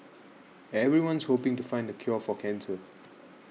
everyone's hoping to find the cure for cancer